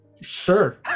Sure